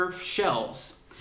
shelves